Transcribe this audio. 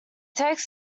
takes